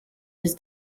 his